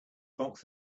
box